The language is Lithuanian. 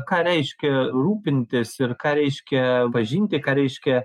ką reiškia rūpintis ir ką reiškia pažinti ką reiškia